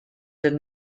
did